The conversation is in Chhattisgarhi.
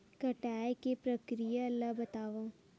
कटाई के प्रक्रिया ला बतावव?